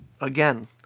Again